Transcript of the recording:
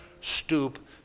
stoop